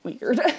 weird